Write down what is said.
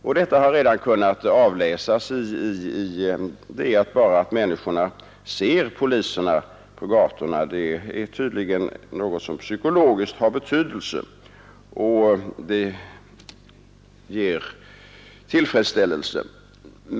Resultatet har redan kunnat avläsas i att bara detta att människorna ser poliserna på gatorna tydligen har psykologisk betydelse och ger tillfredsställelse.